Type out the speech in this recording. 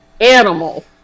animal